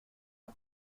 cet